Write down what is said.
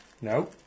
No